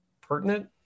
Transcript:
pertinent